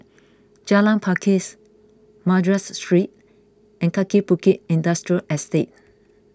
Jalan Pakis Madras Street and Kaki Bukit Industrial Estate